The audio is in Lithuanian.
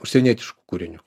užsienietiškų kūrinių